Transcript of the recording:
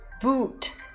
boot